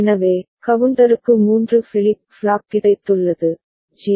எனவே கவுண்டருக்கு 3 flip flop கிடைத்துள்ளது ஜே